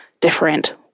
different